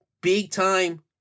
big-time